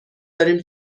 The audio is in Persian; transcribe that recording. داریم